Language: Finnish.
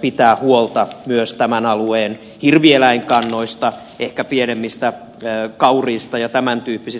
pitää huolta myös tämän alueen hirvieläinkannoista ehkä pienemmistä kauriista ja tämän tyyppisistä